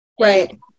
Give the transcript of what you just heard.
Right